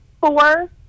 four